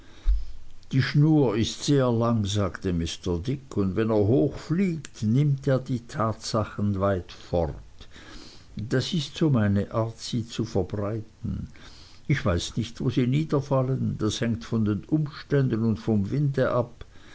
die schnur ist sehr lang sagte mr dick und wenn er hoch fliegt nimmt er die tatsachen weit fort das ist so meine art sie zu verbreiten ich weiß nicht wo sie niederfallen das hängt von den umständen und vom winde ab